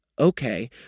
Okay